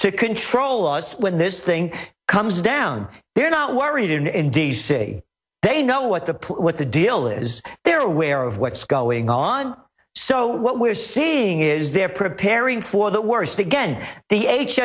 to control us when this thing comes down they're not worried in d c they know what the poor what the deal is they're aware of what's going on so what we're seeing is they're preparing for the worst again the h